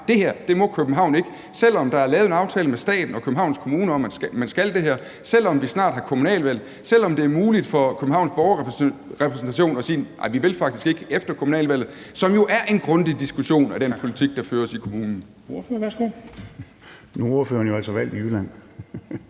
det her må København ikke, selv om der er lavet en aftale med staten og Københavns Kommune om, at man skal det her, selv om der snart er kommunalvalg, og selv om det er muligt for Københavns Borgerrepræsentation at sige, at de faktisk ikke vil efter kommunalvalget, som jo er en grundig diskussion af den politik, der føres i kommunen? Kl. 21:34 Formanden (Henrik Dam Kristensen):